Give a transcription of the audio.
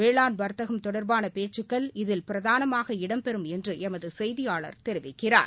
வேளாண் வர்த்தம் தொடர்பான பேச்சுக்கள் இதில் பிரதானமாக இடம் பெறும் என்று எமது செய்தியாளர் தெரிவிக்கிறார்